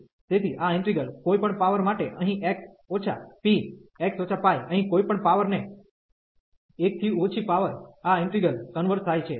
તેથી આ ઈન્ટિગ્રલ કોઈપણ પાવર માટે અહીં x ઓછા p x π અહીં કોઈપણ પાવર ને 1 થી ઓછી પાવર આ ઈન્ટિગ્રલ કન્વર્ઝ થાય છે